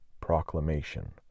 Proclamation